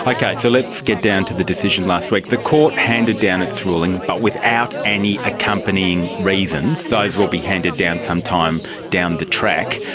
okay, so let's get down to the decision last week. the court handed down its ruling but without any accompanying reasons. those will be handed down some time down the track.